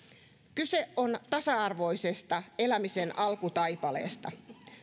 kyse on tasa arvoisesta elämisen alkutaipaleesta